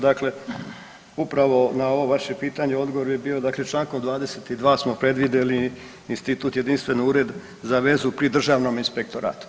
Dakle, upravo na ovo vaše pitane, odgovor bi bio, dakle, čl. 22. smo predvidjeli Institut jedinstveni ured za vezu pri državnom inspektoratu.